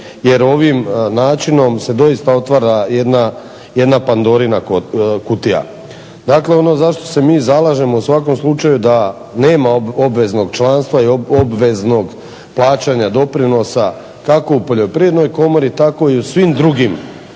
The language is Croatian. jer ovim načinom se doista otvara jedna Pandorina kutija. Dakle ono za što se mi zalažemo, u svakom slučaju da nema obveznog članstva i obveznog plaćanja doprinosa kako u Poljoprivrednoj komori tako i u svim drugim